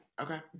okay